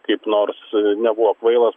kaip nors nebuvo kvailas